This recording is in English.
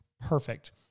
Perfect